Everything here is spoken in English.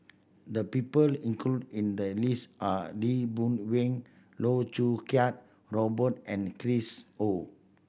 the people included in the list are Lee Boon Wang Loh Choo Kiat Robert and Chris Ho